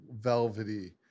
velvety